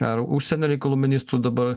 ar užsienio reikalų ministrų dabar